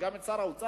וגם את שר האוצר,